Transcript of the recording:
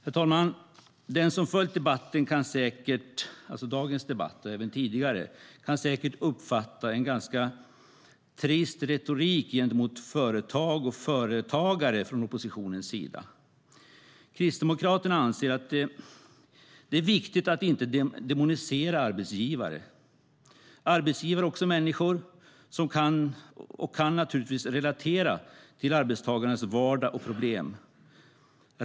Herr talman! Den som följt dagens debatt och även tidigare debatter kan säkert uppfatta en ganska trist retorik gentemot företag och företagare från oppositionens sida. Kristdemokraterna anser att det är viktigt att inte demonisera arbetsgivarna. Arbetsgivare är också människor, och de kan naturligtvis relatera till arbetstagarens vardag och problem.